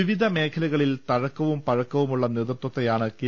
വിവിധ മേഖലകളിൽ തഴക്കവും പഴക്കവുമുള്ള നേതൃത്വത്തെയാണ് കെ